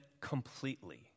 completely